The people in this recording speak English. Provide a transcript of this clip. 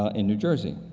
ah in new jersey.